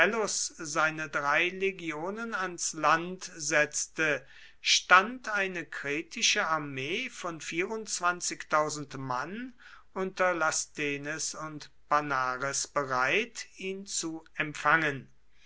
seine drei legionen ans land setzte stand eine kretische armee von mann unter lasthenes und panares bereit ihn zu empfangen